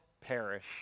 perish